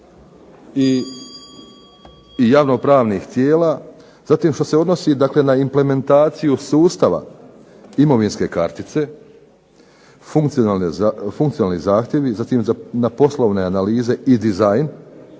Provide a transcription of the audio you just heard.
i javno-pravnih tijela, zatim što se odnosi dakle na implementaciju sustava imovinske kartice, funkcionalni zahtjevi, zatim na poslovne an analize i dizajn